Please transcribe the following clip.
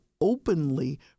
openly